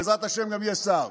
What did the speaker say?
בעזרת השם גם יהיה שר.